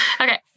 Okay